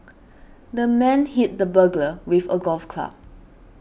the man hit the burglar with a golf club